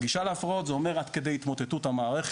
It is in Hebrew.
רגישה להפרעות זה אומר עד כדי התמוטטות המערכת,